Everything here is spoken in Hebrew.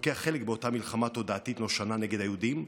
לוקח חלק באותה מלחמה תודעתית נושנה נגד היהודים.